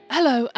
Hello